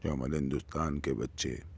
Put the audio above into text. کہ ہمارے ہندوستان کے بچے